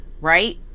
right